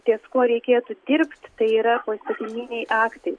ties kuo reikėtų dirbt tai yra poįstatyminiai aktai